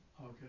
Okay